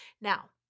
Now